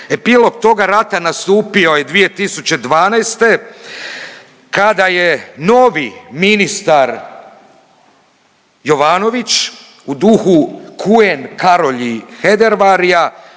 Epilog toga rata nastupio je 2012. kada je novi ministar Jovanović u duhu Khuen-Karoly Hedervaryja